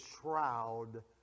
shroud